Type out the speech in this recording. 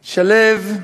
שליו,